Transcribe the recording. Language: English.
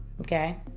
okay